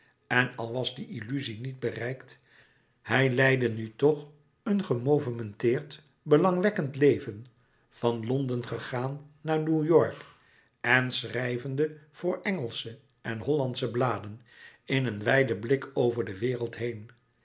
en al was die illuzie niet bereikt hij leidde nu toch een gemouvementeerd belangwekkend leven van londen gegaan naar new-york en schrijvende voor engelsche en hollandsche bladen in een wijden blik over de wereld heen